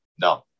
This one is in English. No